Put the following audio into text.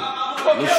שמעתי,